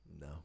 No